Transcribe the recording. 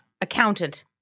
accountant